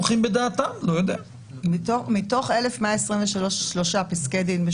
הפרדוקס שאנחנו עומדים בפניו אחרי פסק הדין,